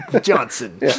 Johnson